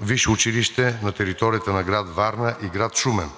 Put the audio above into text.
висше училище на територията на град Варна и град Шумен.